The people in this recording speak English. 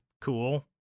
cool